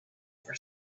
for